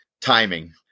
timing